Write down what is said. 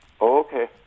Okay